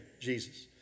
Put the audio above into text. Jesus